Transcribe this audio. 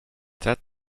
that